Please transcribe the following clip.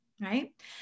right